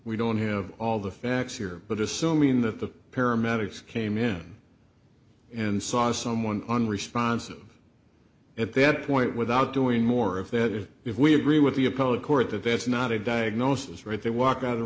we don't have all the facts here but assuming that the paramedics came in and saw someone unresponsive at that point without doing more of that or if we agree with the appellate court that that's not a diagnosis right they walk out of the